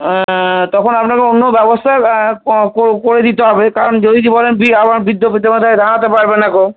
তখন আপনাকে অন্য ব্যবস্থা করে দিতে হবে কারণ যদি বলেন আবার বৃদ্ধ পিতামাতা দাঁড়াতে পারবে নাকো